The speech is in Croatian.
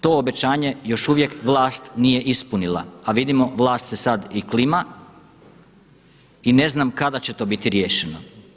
To obećanje još uvijek vlast nije ispunila a vidimo vlast se sada i klima i ne znam kada će to biti riješeno.